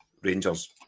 Rangers